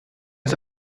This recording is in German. ist